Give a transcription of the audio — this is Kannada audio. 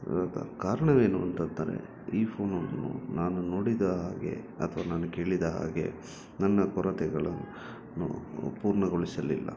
ಕಾರಣವೇನು ಅಂತ ಅಂದರೆ ಈ ಫೋನನ್ನು ನಾನು ನೋಡಿದ ಹಾಗೆ ಅಥವಾ ನಾನು ಕೇಳಿದ ಹಾಗೆ ನನ್ನ ಕೊರತೆಗಳ ನ್ನು ಪೂರ್ಣಗೊಳಿಸಲಿಲ್ಲ